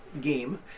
game